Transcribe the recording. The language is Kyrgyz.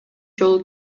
жолу